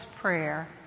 Prayer